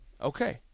Okay